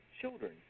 children